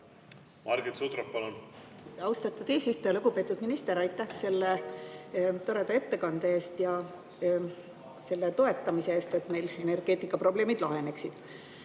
võiksid olla? Austatud eesistuja! Lugupeetud minister, aitäh selle toreda ettekande eest ja selle toetamise eest, et meil energeetika probleemid laheneksid!